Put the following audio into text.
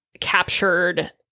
captured